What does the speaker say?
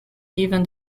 given